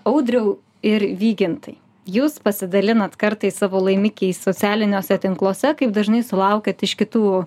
audriau ir vygintai jūs pasidalinat kartais savo laimikiais socialiniuose tinkluose kaip dažnai sulaukiat iš kitų